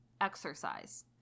exercise